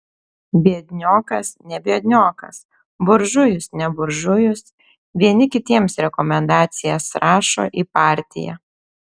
biedniokas ne biedniokas buržujus ne buržujus vieni kitiems rekomendacijas rašo į partiją